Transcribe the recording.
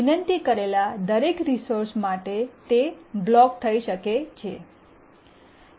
વિનંતી કરેલા દરેક રિસોર્સ માટે તે બ્લોક થઈ શકે છે